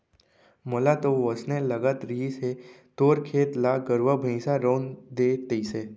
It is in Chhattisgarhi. मोला तो वोसने लगत रहिस हे तोर खेत ल गरुवा भइंसा रउंद दे तइसे